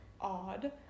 odd